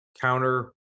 counter